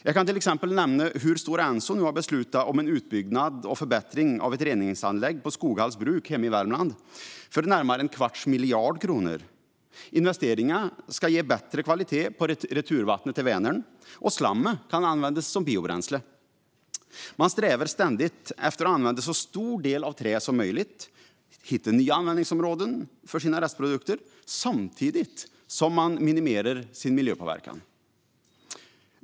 Jag kan till exempel nämna hur Stora Enso nu har beslutat om utbyggnad och förbättring av en reningsanläggning på Skoghalls Bruk hemma i Värmland för närmare en kvarts miljard kronor. Investeringarna ska ge bättre kvalitet på returvattnet till Vänern, och slammet kan användas som biobränsle. Man strävar ständigt efter att använda så stor del av trädet som möjligt och hitta nya användningsområden för sina restprodukter, samtidigt som man minimerar sin miljöpåverkan.